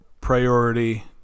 priority